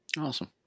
Awesome